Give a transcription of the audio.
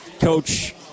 coach